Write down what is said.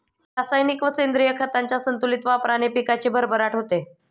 रासायनिक व सेंद्रिय खतांच्या संतुलित वापराने पिकाची भरभराट होते